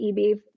EB